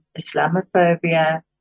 Islamophobia